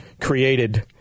created